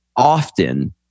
Often